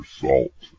salt